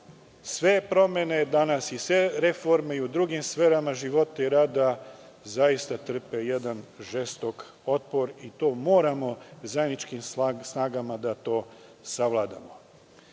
Sve promene danas i sve reforme i u drugim sferama života i rada zaista trpe jedan žestok otpor i to moramo zajedničkim snagama da to savladamo. Kada